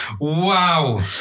Wow